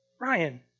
Ryan